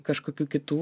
kažkokių kitų